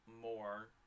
more